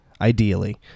ideally